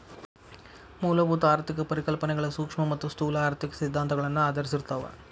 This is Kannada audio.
ಮೂಲಭೂತ ಆರ್ಥಿಕ ಪರಿಕಲ್ಪನೆಗಳ ಸೂಕ್ಷ್ಮ ಮತ್ತ ಸ್ಥೂಲ ಆರ್ಥಿಕ ಸಿದ್ಧಾಂತಗಳನ್ನ ಆಧರಿಸಿರ್ತಾವ